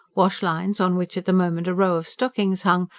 wash-lines, on which at the moment a row of stockings hung,